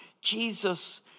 Jesus